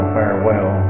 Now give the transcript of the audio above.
farewell